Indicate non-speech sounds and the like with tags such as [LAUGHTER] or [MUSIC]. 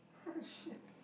[LAUGHS] shit